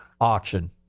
auction